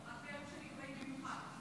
רק כאלה שנקבעים במיוחד.